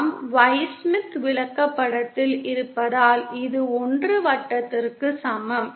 நாம் Y Smith விளக்கப்படத்தில் இருப்பதால் இது 1 வட்டத்திற்கு சமம்